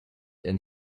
and